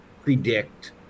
predict